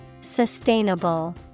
Sustainable